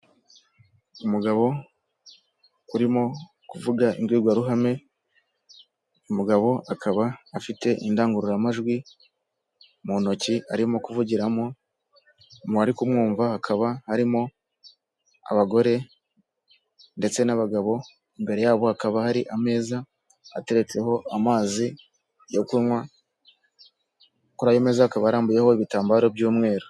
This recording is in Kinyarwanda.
Umugabo urimo kuvuga imbwirwaruhame, umugabo akaba afite indangururamajwi mu ntoki arimo kuvugiramo, mu bari kumwumva hakaba harimo abagore ndetse n'abagabo mbere yabo hakaba hari ameza ateretseho amazi yo kunywa, kuri ayo meza hakaba harambuyeho ibitambaro by'umweru.